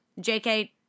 JK